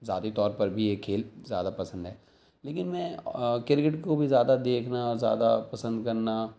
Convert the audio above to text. ذاتی طور پر بھی یہ کھیل زیادہ پسند ہے لیکن میں کرکٹ کو بھی زیادہ دیکھنا زیادہ پسند کرنا